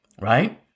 Right